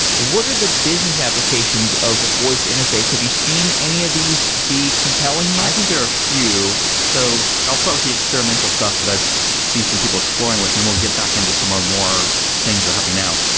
what are the business applications of a voice interface? have you seen any of these be compelling yet? i think there are a few. so i'll start with the experimental stuff that i've seen some people exploring with and we'll get back into some um more things that are happening now.